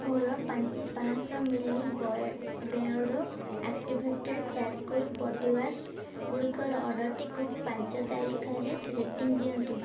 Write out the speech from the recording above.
ମୋର ପାଞ୍ଚଶହ milli Beardo activated charcoal body wash ଗୁଡ଼ିକର ଅର୍ଡ଼ର୍ଟିକୁ ପାଞ୍ଚ ତାରିକରେ ରେଟିଂ ଦିଅନ୍ତୁ